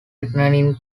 returning